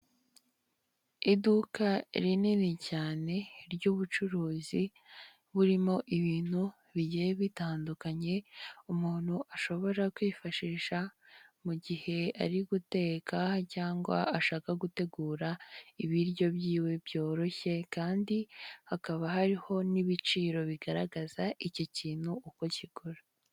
Iduka rinini cyane ry'ubucuruzi burimo ibintu bigiye bitandukanye, umuntu ashobora kwifashisha mu gihe ari guteka cyangwa ashaka gutegura ibiryo byiwe byoroshye kandi hakaba hariho n'ibiciro bigaragaza icyo kintu uko kigura.